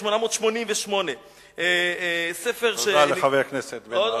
1888. ספר, תודה לחבר הכנסת בן-ארי.